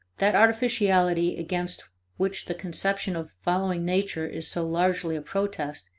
that artificiality against which the conception of following nature is so largely a protest,